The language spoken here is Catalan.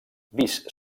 vist